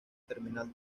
terminal